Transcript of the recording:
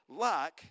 luck